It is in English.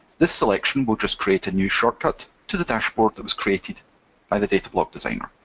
this selection will just create a new shortcut to the dashboard that was created by the datablock designer.